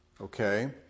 okay